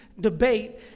debate